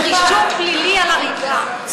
זה רישום פלילי על הריגה,